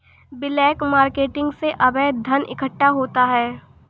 black marketing से अवैध धन इकट्ठा होता है